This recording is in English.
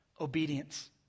obedience